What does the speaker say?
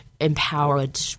empowered